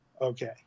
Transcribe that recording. okay